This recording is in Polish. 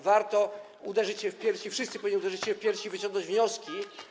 warto uderzyć się w pierś i wszyscy powinni uderzyć się w pierś i wyciągnąć wnioski.